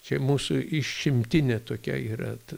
čia mūsų išimtinė tokia yra ta